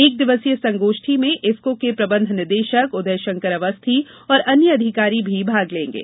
एक दिवसीय संगोष्ठी में इफको के प्रबंध निदेशक उदयशंकर अवस्थी और अन्य अधिकारी भी भाग लेंगे